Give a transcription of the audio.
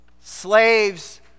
Slaves